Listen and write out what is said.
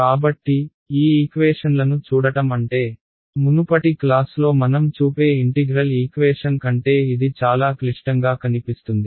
కాబట్టి ఈ ఈక్వేషన్లను చూడటం అంటే మునుపటి క్లాస్లో మనం చూపే ఇంటిగ్రల్ ఈక్వేషన్ కంటే ఇది చాలా క్లిష్టంగా కనిపిస్తుంది